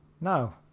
No